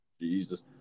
Jesus